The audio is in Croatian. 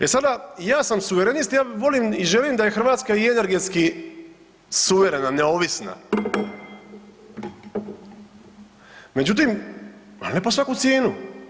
E sada, ja sam suverenist, ja volim i želim da je Hrvatska energetski suverena, neovisna, međutim ali ne po svaku cijenu.